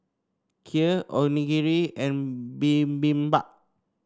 Kheer Onigiri and Bibimbap